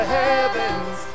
heavens